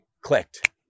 clicked